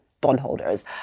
bondholders